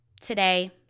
today